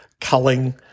culling